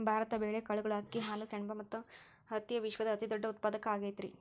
ಭಾರತ ಬೇಳೆ, ಕಾಳುಗಳು, ಅಕ್ಕಿ, ಹಾಲು, ಸೆಣಬ ಮತ್ತ ಹತ್ತಿಯ ವಿಶ್ವದ ಅತಿದೊಡ್ಡ ಉತ್ಪಾದಕ ಆಗೈತರಿ